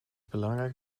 belangrijk